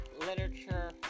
literature